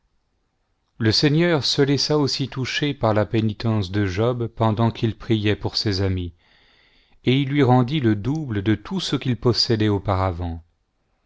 le seigneur se laissa aussi toucher par la pénitence de job pendant qu'il priait pour ses amis et il lui rendit le double de tout ce qu'il possédait auparavant